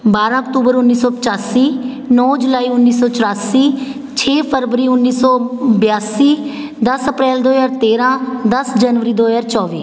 ਬਾਰ੍ਹਾਂ ਅਕਤੂਬਰ ਉੱਨੀ ਸੌ ਪਚਾਸੀ ਨੌ ਜੁਲਾਈ ਉੱਨੀ ਸੌ ਚੁਰਾਸੀ ਛੇ ਫਰਵਰੀ ਉੱਨੀ ਸੌ ਬਿਆਸੀ ਦਸ ਅਪ੍ਰੈਲ ਦੋ ਹਜ਼ਾਰ ਤੇਰ੍ਹਾਂ ਦਸ ਜਨਵਰੀ ਦੋ ਹਜ਼ਾਰ ਚੌਵੀ